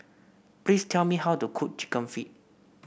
please tell me how to cook chicken feet